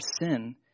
sin